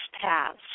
paths